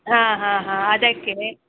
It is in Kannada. ಹಾಂ ಹಾಂ ಹಾಂ ಅದಕ್ಕೇ